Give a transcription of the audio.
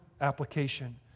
application